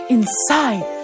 Inside